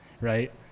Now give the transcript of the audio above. right